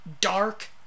dark